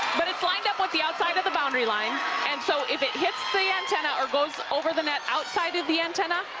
but it's lined up with the outside of the boundary line and so if it hits the antenna or goes over the net outside of the antenna,